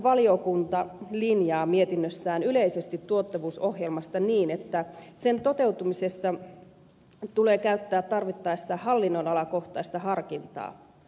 valtiovarainvaliokunta linjaa mietinnössään yleisesti tuottavuusohjelmasta niin että sen toteutumisessa tulee käyttää tarvittaessa hallinnonalakohtaista harkintaa